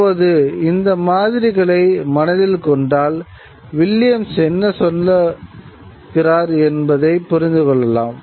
இப்போது இந்த மாதிரிகளை மனதில் கொண்டால் வில்லியம்ஸ் என்ன சொல்கிறார் என்பதைப் புரிந்துகொள்ளலாம்